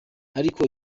ariko